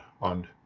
on